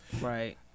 Right